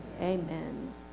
Amen